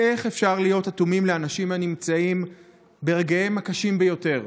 איך אפשר "להיות אטומים לאנשים הנמצאים ברגעיהם הקשים ביותר".